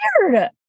weird